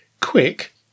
quick